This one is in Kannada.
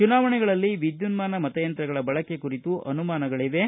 ಚುನಾವಣೆಗಳಲ್ಲಿ ವಿದ್ಯುನ್ಮಾನ ಮತಯಂತ್ರಗಳ ಬಳಕೆ ಕುರಿತು ಅನುಮಾನಗಳಿವೆ